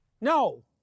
no